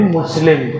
Muslim